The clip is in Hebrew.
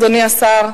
אדוני השר?